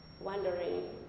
wondering